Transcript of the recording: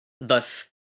thus